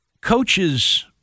Coaches